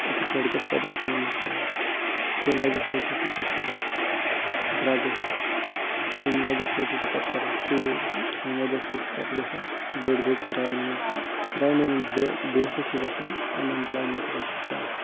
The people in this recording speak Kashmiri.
أکِس لٔڑکَس پریشٲنی منٛز ترٛاوان تَمہِ وَجہ سۭتۍ چھِ سُہ پتہٕ کَران ڈرٛگٕس تَمی وجہ سۭتۍ چھُ سُہ پتہٕ کَران ژوٗر تَمہِ وَجہ سۭتۍ چھِ پتہٕ گَژھان بٔڑۍ بٔڑۍ کرٛایمہٕ کرٛایمَن ہُنٛد بےٚ بیسٕے چھِ گَژھان اَن اٮ۪مپٕلیمنٹ پٮ۪ٹھ سِٹاٹ